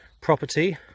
property